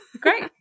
Great